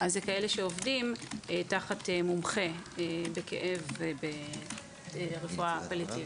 זה אלה שעובדים תחת מומחה בכאב וברפואה פליאטיבית.